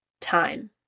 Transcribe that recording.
time